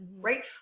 right